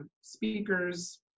speakers